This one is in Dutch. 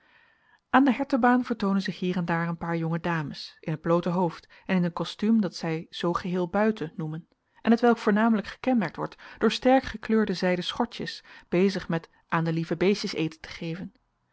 aan de hertebaan vertoonen zich hier en daar een paar jonge dames in t bloote hoofd en in een costuum dat zij zoo geheel buiten noemen en t welk voornamelijk gekenmerkt wordt door sterk gekleurde zijden schortjes bezig met aan de lieve beestjes eten te geven